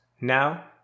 Now